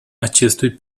acestui